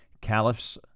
caliphs